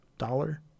Dollar